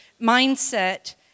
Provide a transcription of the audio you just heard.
mindset